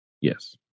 Yes